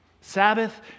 Sabbath